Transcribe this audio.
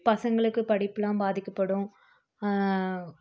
பசங்களுக்கு படிப்புலாம் பாதிக்கப்படும்